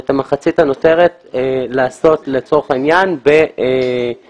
ואת המחצית הנותרת לעשות לצורך העניין בבנייה.